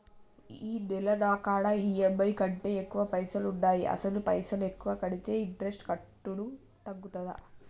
ఈ నెల నా కాడా ఈ.ఎమ్.ఐ కంటే ఎక్కువ పైసల్ ఉన్నాయి అసలు పైసల్ ఎక్కువ కడితే ఇంట్రెస్ట్ కట్టుడు తగ్గుతదా?